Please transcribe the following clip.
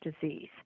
disease